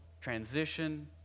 transition